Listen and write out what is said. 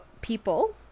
people